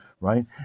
right